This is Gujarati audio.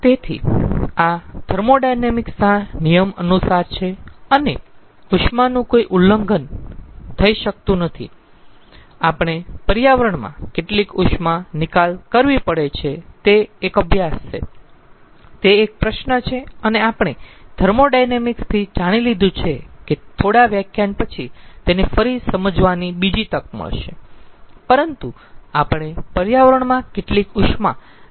તેથી આ થર્મોોડાયનેમિક્સ ના નિયમ અનુસાર છે અને ઉષ્માનું કોઈ ઉલ્લંઘન થઈ શકતું નથી આપણે પર્યાવરણમાં કેટલી ઉષ્મા નિકાલ કરવી પડે તે એક અભ્યાસ છે તે એક પ્રશ્ન છે અને આપણે તેનેથર્મોોડાયનેમિક્સ થી જાણી લીધું છે કે થોડા વ્યાખ્યાન પછી તેને ફરી સમજવાની બીજી તક મળશે પરંતુ આપણે પર્યાવરણમાં કેટલીક ઉષ્મા નિકાલ કરવી પડશે